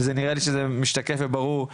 ונראה לי שזה משתקף וברור,